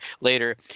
later